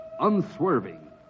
unswerving